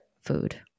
food